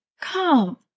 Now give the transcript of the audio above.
Come